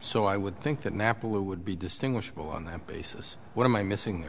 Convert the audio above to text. so i would think that napoli would be distinguishable on that basis what am i missing